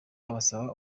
abasaba